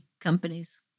companies